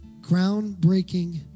groundbreaking